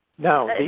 No